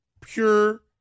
pure